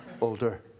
older